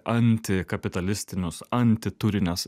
antikapitalistinius antiturines